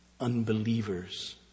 unbelievers